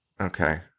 Okay